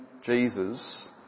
Jesus